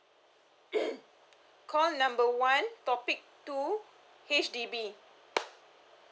call number one topic two H_D_B